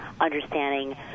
understanding